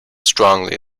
strongly